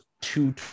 two